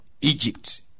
Egypt